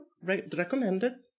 Recommended